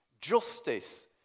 justice